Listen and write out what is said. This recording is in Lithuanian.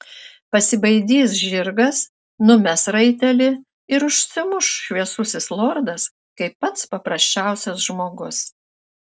pasibaidys žirgas numes raitelį ir užsimuš šviesusis lordas kaip pats paprasčiausias žmogus